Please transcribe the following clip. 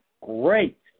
great